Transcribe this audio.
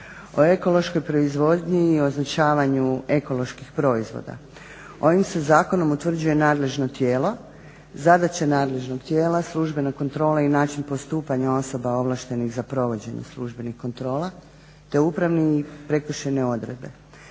o ekološkoj proizvodnji i označavanju ekoloških proizvoda. Ovim se zakonom utvrđuje nadležno tijelo, zadaće nadležnog tijela, službena kontrola i način postupanja osoba ovlaštenih za provođenje službenih kontrola, te upravne i prekršajne odredbe.